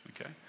okay